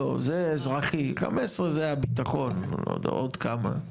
זה הביטחון, עוד כמה,